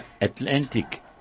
Atlantic